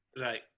Right